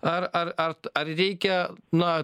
ar ar arti ar reikia na